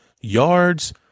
yards